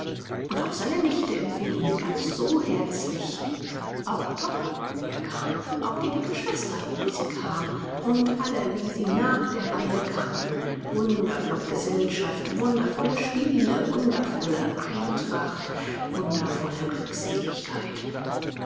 und auch seine nichte empfing ihn ganz so herzlich auch topper wie er kam auch die dicke schwester wie sie kam und alle wie sie nach der reihe kamen wundervolle gesellschaft wundervolle spiele wundervolle eintracht wundervolle glückseligkeit